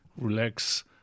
relax